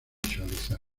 visualizar